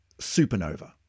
supernova